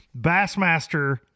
Bassmaster